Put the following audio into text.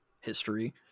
history